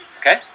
okay